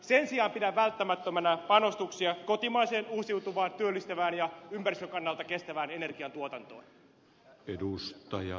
sen sijaan pidän välttämättömänä panostuksia kotimaiseen uusiutuvaan työllistävään ja ympäristön kannalta kestävään energiantuotantoon